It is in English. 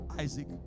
Isaac